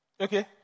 Okay